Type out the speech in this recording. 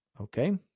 Okay